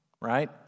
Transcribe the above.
right